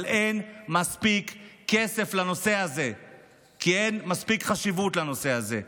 אבל אין מספיק כסף לנושא הזה כי אין מספיק חשיבות לנושא הזה.